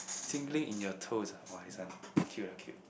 tingly in your toes ah !wah! this one cute ah cute ah